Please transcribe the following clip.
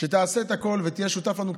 שתעשה את הכול ותהיה שותף לנו.